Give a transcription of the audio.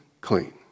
clean